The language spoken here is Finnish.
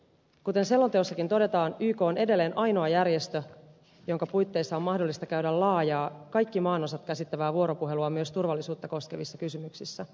kuten selonteossakin todetaan yk on edelleen ainoa järjestö jonka puitteissa on mahdollista käydä laajaa kaikki maanosat käsittävää vuoropuhelua myös turvallisuutta koskevissa kysymyksissä